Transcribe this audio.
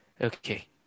Okay